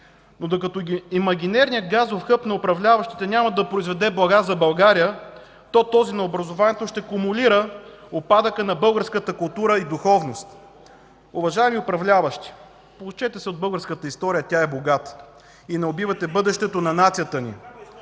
Но докато имагинерният газов хъб на управляващите няма да произведе блага за България, то този на образованието ще кумулира упадъка на българската култура и духовност. Уважаеми управляващи, поучете се от българската история, тя е богата, и не убивайте бъдещето на нацията ни.